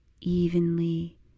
evenly